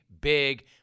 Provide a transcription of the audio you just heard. big